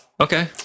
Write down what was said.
Okay